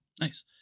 Nice